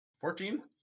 Fourteen